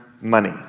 money